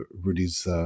Rudy's